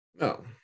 No